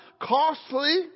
costly